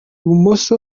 bumoso